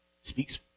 speaks